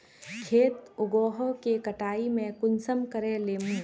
खेत उगोहो के कटाई में कुंसम करे लेमु?